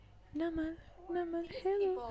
Hello